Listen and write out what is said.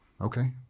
Okay